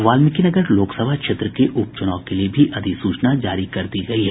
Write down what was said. वाल्मीकी नगर लोकसभा क्षेत्र के उपचुनाव के लिए भी अधिसूचना जारी कर दी गई है